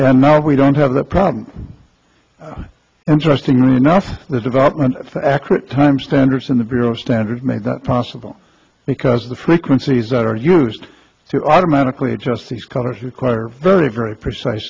and now we don't have that problem interestingly enough the development for accurate time standards in the bureau of standards made that possible because the frequencies that are used to automatically adjust these colors require very very precise